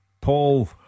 Paul